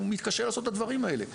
הוא מתקשה לעשות את הדברים האלה.